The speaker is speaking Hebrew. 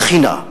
תחינה,